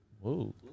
Whoa